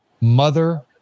Mother